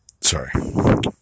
Sorry